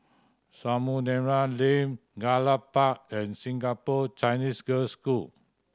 Samudera Lane Gallop Park and Singapore Chinese Girls' School